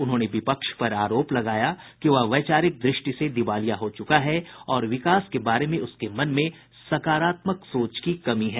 उन्होंने विपक्ष पर आरोप लगाया कि वह वैचारिक दृष्टि से दिवालिया हो चुका है और विकास के बारे में उसके मन में सकारात्मक सोच की कमी है